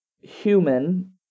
human